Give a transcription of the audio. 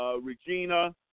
Regina